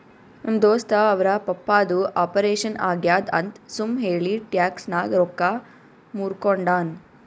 ನಮ್ ದೋಸ್ತ ಅವ್ರ ಪಪ್ಪಾದು ಆಪರೇಷನ್ ಆಗ್ಯಾದ್ ಅಂತ್ ಸುಮ್ ಹೇಳಿ ಟ್ಯಾಕ್ಸ್ ನಾಗ್ ರೊಕ್ಕಾ ಮೂರ್ಕೊಂಡಾನ್